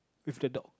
with the dog